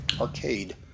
arcade